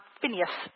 Phineas